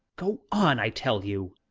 go on, i tell you.